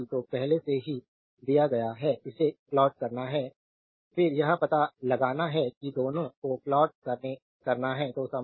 Qt को पहले से ही दिया गया है इसे प्लॉट करना है फिर यह पता लगाना है कि दोनों को प्लॉट करना है